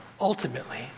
ultimately